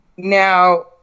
now